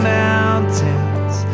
mountains